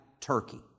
turkey